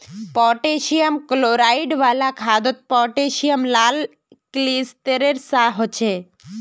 potassium chloride वाला खादोत potassium लाल क्लिस्तेरेर सा होछे